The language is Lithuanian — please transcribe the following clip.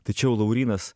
tačiau laurynas